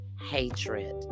hatred